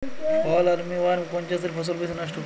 ফল army worm কোন চাষের ফসল বেশি নষ্ট করে?